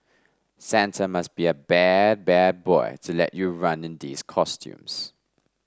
Santa must be a bad bad boy to let you run in these costumes